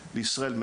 ליח"פים בישראל הם